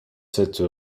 cette